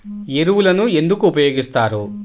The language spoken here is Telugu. ఎరువులను ఎందుకు ఉపయోగిస్తారు?